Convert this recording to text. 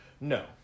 No